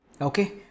okay